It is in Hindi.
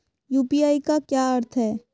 यू.पी.आई का क्या अर्थ है?